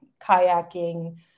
kayaking